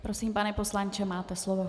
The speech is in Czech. Prosím, pane poslanče, máte slovo.